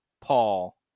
Paul